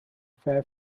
fair